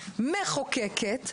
מחוקקת,